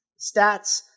Stats